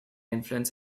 influence